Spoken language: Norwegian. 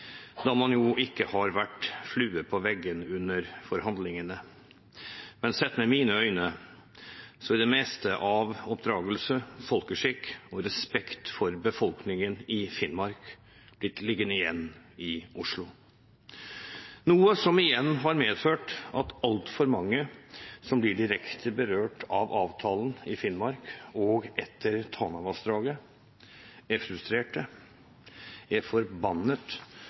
da man ikke har vært flue på veggen under forhandlingene. Men sett med mine øyne er det meste av oppdragelse, folkeskikk og respekt for befolkningen i Finnmark blitt liggende igjen i Oslo – noe som igjen har medført at altfor mange som blir direkte berørt av avtalen, i Finnmark og etter Tanavassdraget, er frustrerte, forbannet og føler seg fullstendig overkjørt i saken. Og når det er